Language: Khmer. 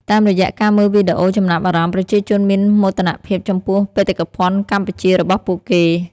តាមរយៈការមើលវីដេអូចំណាប់អារម្មណ៍ ប្រជាជនមានមោទនភាពចំពោះបេតិកភណ្ឌកម្ពុជារបស់ពួកគេ។